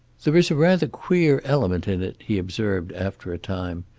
there is a rather queer element in it, he observed, after a time.